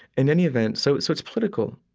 in any event so so it's political.